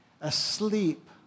asleep